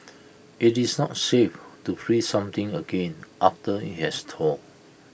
IT is not safe to freeze something again after IT has thawed